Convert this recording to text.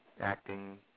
acting